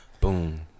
Boom